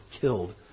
killed